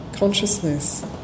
consciousness